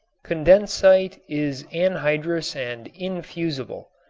condensite is anhydrous and infusible,